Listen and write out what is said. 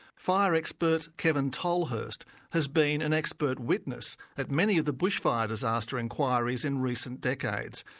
fire expert, kevin tolhurst has been an expert witness at many of the bushfire disaster inquiries in recent decades,